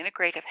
Integrative